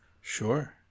Sure